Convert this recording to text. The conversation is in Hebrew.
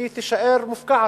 היא תישאר מופקעת.